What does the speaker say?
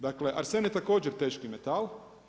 Dakle, arsen je također teški metal.